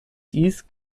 dies